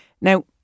Now